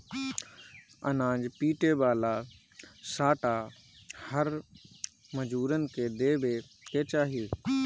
अनाज पीटे वाला सांटा हर मजूरन के देवे के चाही